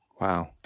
Wow